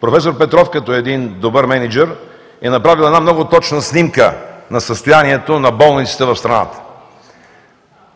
проф. Петров, като един добър мениджър, е направил една много точна снимка на състоянието на болниците в страната.